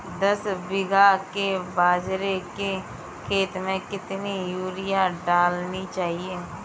दस बीघा के बाजरे के खेत में कितनी यूरिया डालनी चाहिए?